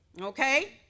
Okay